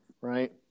right